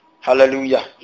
Hallelujah